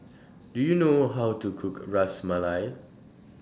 Do YOU know How to Cook Ras Malai